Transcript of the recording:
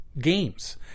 games